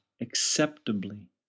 acceptably